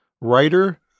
writer